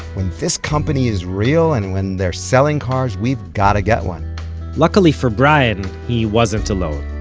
when this company is real and when they're selling cars, we've got to get one luckily for brian, he wasn't alone.